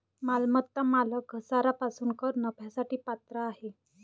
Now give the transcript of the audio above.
मालमत्ता मालक घसारा पासून कर नफ्यासाठी पात्र आहे